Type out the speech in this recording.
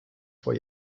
vor